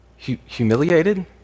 humiliated